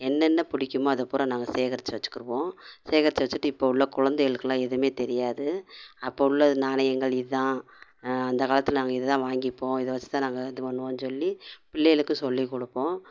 என்னென்ன பிடிக்குமோ அதைப்புரா நாங்கள் சேகரித்து வச்சிக்கிருவோம் சேகரித்து வச்சிட்டு இப்போ உள்ள குழந்தைகளுக்குமே எதுவுமே தெரியாது அப்போது உள்ளது நாணயங்கள் இதுதான் அந்த காலத்தில் நாங்கள் இதை தான் வாங்கிப்போம் இதை வச்சி தான் நாங்கள் இது பண்ணுவோம் சொல்லி பிள்ளைகளுக்கு சொல்லிக்கொடுப்போம்